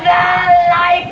no i